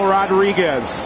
Rodriguez